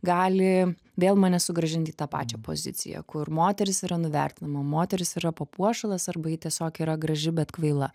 gali vėl mane sugrąžinti į tą pačią poziciją kur moteris yra nuvertinama moteris yra papuošalas arba ji tiesiog yra graži bet kvaila